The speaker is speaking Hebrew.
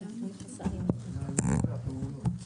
ועדת הכלכלה